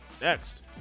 next